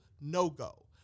No-Go